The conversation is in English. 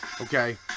Okay